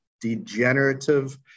degenerative